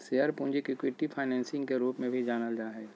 share पूंजी के equity financing के रूप में भी जानल जा हइ